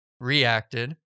reacted